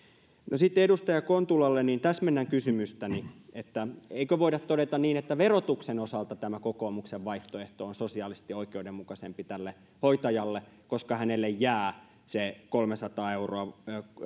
sitten edustaja kontulalle täsmennän kysymystäni eikö voida todeta että verotuksen osalta tämä kokoomuksen vaihtoehto on sosiaalisesti oikeudenmukaisempi tälle hoitajalle koska hänelle jää se kolmesataa euroa